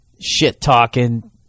shit-talking